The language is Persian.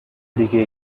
دیگه